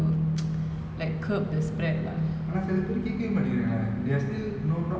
like I hope like அவங்களுகெல்லா:avangalukellaa message என்னனா எல்லாரோடய:ennanaa ellaarodaya health துந்தா:thunthaa important